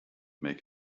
make